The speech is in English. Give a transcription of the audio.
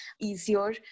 easier